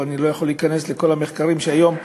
אני לא יכול להיכנס לכל המחקרים שהיום,